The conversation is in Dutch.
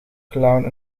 clown